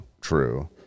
true